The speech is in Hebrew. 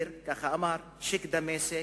צ'יק, קהיר, ככה אמר, צ'יק, דמשק,